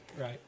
Right